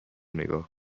نگاه